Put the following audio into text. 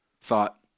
thought